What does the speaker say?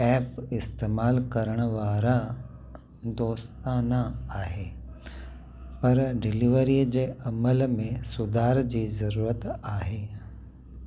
app इस्तेमालु करण वारा दोस्ताना आहे पर डिलिवरी जे अमल में सुधार जी ज़रूरत आहे